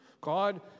God